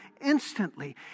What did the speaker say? instantly